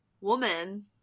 woman